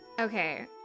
Okay